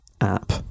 app